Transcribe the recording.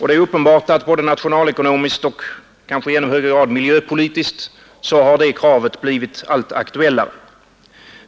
Det är uppenbart att både nationalekonomiskt och kanske i ännu högre grad miljöpolitiskt har det kravet blivit allt aktuellare.